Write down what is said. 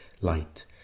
light